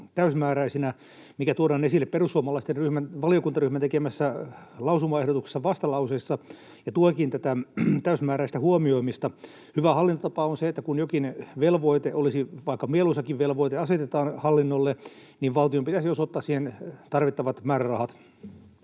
täysmääräisesti, mikä tuodaan esille perussuomalaisten valiokuntaryhmän tekemässä vastalauseen lausumaehdotuksessa, ja tuenkin tätä täysmääräistä huomioimista. Hyvää hallintotapaa on se, että kun jokin velvoite, oli se vaikka mieluisakin velvoite, asetetaan hallinnolle, niin valtion pitäisi osoittaa siihen tarvittavat määrärahat.